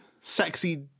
sexy